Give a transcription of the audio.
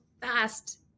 fast